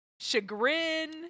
chagrin